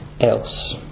else